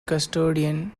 custodian